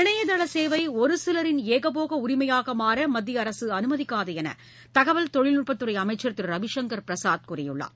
இணையதள சேவை ஒரு சிலரின் ஏகபோக உரிமையாக மாற மத்திய அரசு அனுமதிக்காது என்று தகவல் தொழில்நுட்பத்துறை அமைச்சர் திரு ரவிங்கர் பிரசாத் கூறியுள்ளார்